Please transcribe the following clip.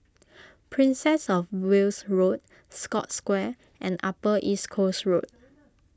Princess of Wales Road Scotts Square and Upper East Coast Road